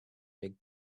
big